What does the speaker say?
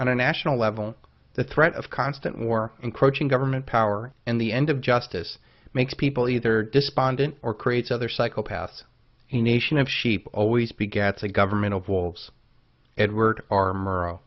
on a national level the threat of constant war encroaching government power and the end of justice makes people either despondent or creates other psychopaths a nation of sheep always begets a government of wolves edward r m